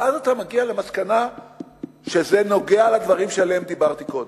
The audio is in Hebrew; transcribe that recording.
ואז אתה מגיע למסקנה שזה נוגע לדברים שעליהם דיברתי קודם.